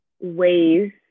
ways